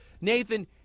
Nathan